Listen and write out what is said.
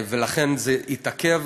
ולכן זה התעכב.